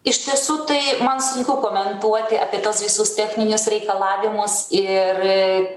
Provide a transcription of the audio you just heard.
iš tiesų tai man sunku komentuoti apie tuos visus techninius reikalavimus ir